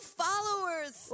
followers